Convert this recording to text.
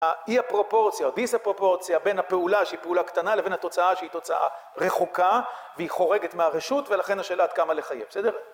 האי הפרופורציה או דיס הפרופורציה בין הפעולה שהיא פעולה קטנה לבין התוצאה שהיא תוצאה רחוקה והיא חורגת מהרשות ולכן השאלה עד כמה לך יהיה בסדר